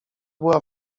była